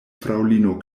fraŭlino